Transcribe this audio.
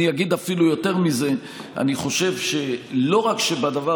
אני אגיד אפילו יותר מזה: אני חושב שלא רק שבדבר